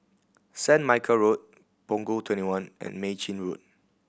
Saint Michael Road Punggol Twenty one and Mei Chin Road